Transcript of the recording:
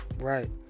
Right